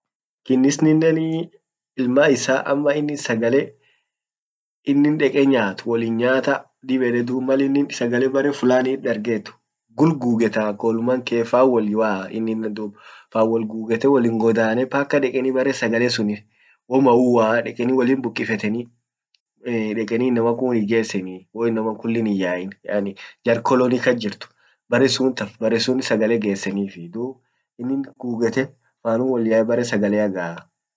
Kinnisnenii ilma isa ama inin sagale inin deqe nyat wolin nyata dib yede dum mal inin sagale bere fulanit darget gul gugeta koluman kee fan wolwaa inine dub fan wollin gugete wollin godane paka dekani bere sagale suni ho maua deqani wolin bukifetani deqani inaman kun wo itgesani ho inaman kulli hin yain yani jar koloni kas jirt bere sunt haft bere sun sagale gesenefii dub inin gugete fanum wolyaye bare sagalea gaa.